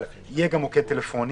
אבל יהיה גם מוקד טלפוני,